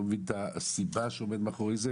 אני לא מבין את הסיבה שעומדת מאחורי זה.